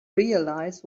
realize